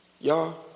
Y'all